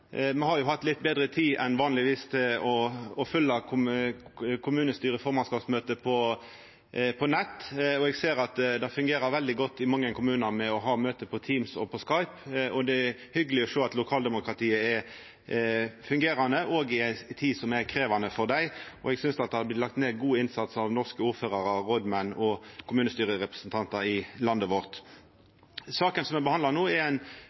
Me har hatt litt betre tid enn vanleg til å følgja kommunestyre- og formannsskapsmøte på nett, og eg ser at det fungerer veldig godt i mange kommunar å ha møte på Teams og på Skype. Det er hyggjeleg å sjå at lokaldemokratiet er fungerande òg i ei krevjande tid, og eg synest det er lagt ned god innsats av norske ordførarar, rådmenn og kommunestyrerepresentantar i landet vårt. Saka som me behandlar no, er ein